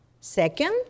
Second